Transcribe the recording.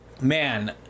man